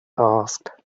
asked